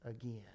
again